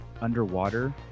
underwater